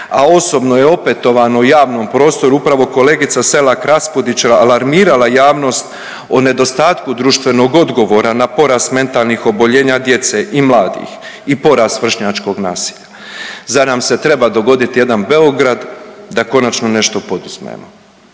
a osobno je opetovano javnom prostoru upravo kolegica SElak Raspudić alarmirala javnost o nedostatku društvenog odgovora na porast mentalnih oboljenja djece i mladih i porast vršnjačkog nasilja. Zar nam se treba dogoditi jedan Beograd da konačno nešto poduzmemo?